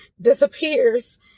disappears